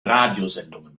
radiosendungen